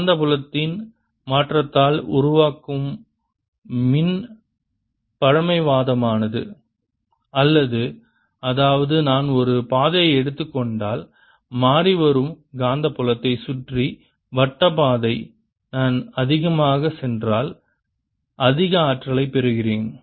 காந்தப்புலத்தின் மாற்றத்தால் உருவாகும் மின் பழமைவாதமானது அல்ல அதாவது நான் ஒரு பாதையை எடுத்துக்கொண்டால் மாறிவரும் காந்தப்புலத்தைச் சுற்றி வட்ட பாதை நான் அதிகமாகச் சென்றால் அதிக ஆற்றலைப் பெறுகிறேன்